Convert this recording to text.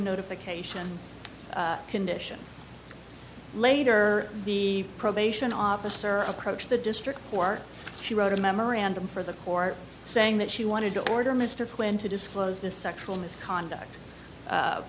notification condition later the probation officer approached the district court she wrote a memorandum for the court saying that she wanted to order mr quinn to disclose this sexual misconduct